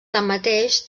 tanmateix